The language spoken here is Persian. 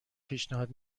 پیشنهاد